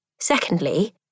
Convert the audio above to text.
Secondly